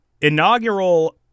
inaugural